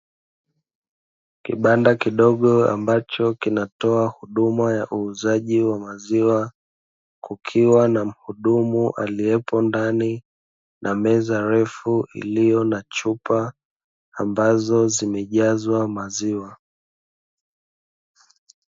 Kibanda kidogo ambacho kinatoa huduma ya uuzaji wa maziwa, kukiwa na mhudumu aliyepo ndani na meza refu, iliyo na chupa ambazo zimejazwa maziwa.